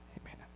Amen